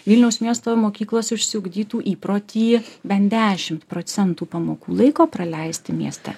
vilniaus miesto mokyklos išsiugdytų įprotį bent dešim procentų pamokų laiko praleisti mieste